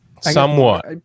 Somewhat